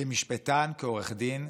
כמשפטן, כעורך דין,